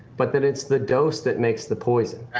but that it's the dose that makes the poison.